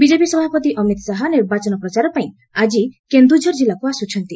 BJP ସଭାପତି ଅମିତ ଶାହା ନିର୍ବାଚନ ପ୍ରଚାର ପାଇଁ ଆଜି କେନ୍ଦୁଝର ଜିଲ୍ଲାକୁ ଆସ୍କୁଛନ୍ତି